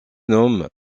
nomment